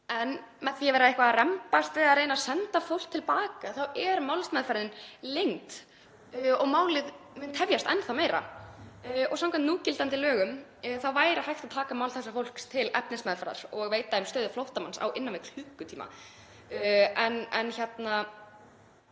En með því að vera eitthvað að rembast við að reyna að senda fólk til baka þá er málsmeðferðin leynd og málið mun tefjast enn meira. Samkvæmt núgildandi lögum væri hægt að taka mál þessa fólks til efnismeðferðar og veita því stöðu flóttamanns á innan við klukkutíma en þetta